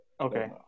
Okay